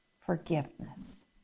forgiveness